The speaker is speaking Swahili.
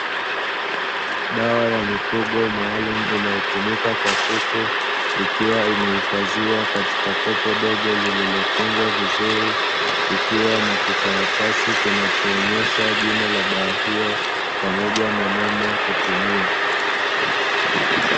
Dawa ya mifugo maalumu inayotumika kwa kuku, ikiwa imehifadhiwa katika kopo dogo lililofungwa vizuri, ikiwa na kikaratasi kinachoonesha jina la dawa hiyo pamoja na namna ya kutumia.